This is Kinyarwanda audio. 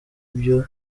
byo